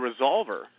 resolver